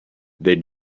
they